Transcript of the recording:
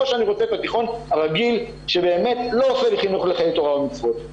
או שאני רוצה את התיכון הרגיל שלא עושה לי חינוך לחיי תורה ומצוות,